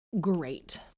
great